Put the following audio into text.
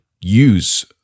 use